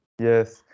Yes